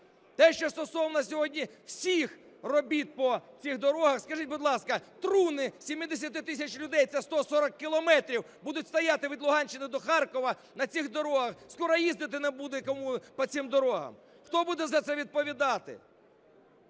Те, що стосовно сьогодні всіх робіт по цих дорогах, скажіть, будь ласка, труни 70 тисяч людей - це 140 кілометрів - будуть стояти від Луганщини до Харкова на цих дорогах. Скоро їздити не буде кому по цих дорогах. Хто буде за це відповідати?